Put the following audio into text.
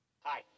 Hi